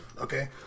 Okay